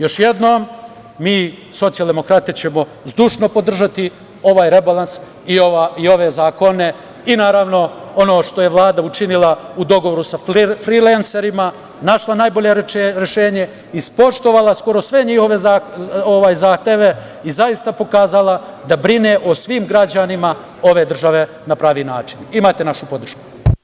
Još jednom, mi socijaldemokratije ćemo zdušno podržati ovaj rebalans i ove zakone i naravno ono što je Vlada učinila u dogovoru sa frilenserima, našla najbolje rešenje, ispoštovala skoro sve njihove zahteve i zaista pokazala da brine o svim građanima ove države na pravi način, imate našu podršku.